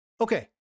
Okay